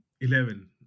Eleven